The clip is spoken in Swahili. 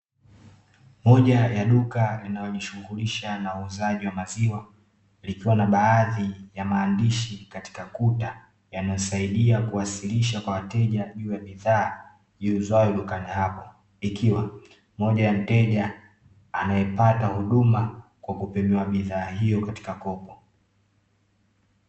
Moja ya duka linalojishughulisha na uuzaji wa maziwa likiwa na baadhi ya maandishi katika kuta, yanayosaidia kuwasilisha kwa wateja juu ya bidhaa iuzwayo dukani hapo ikiwa mmoja wa mteja anayepata huduma kwa kupimiwa bidhaa hiyo katika kopo.